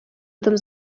этом